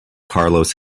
carlos